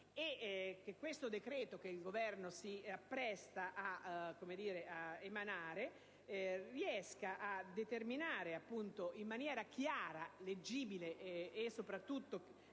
che il decreto che il Governo si appresta ad adottare riesca a determinare in maniera chiara, leggibile e soprattutto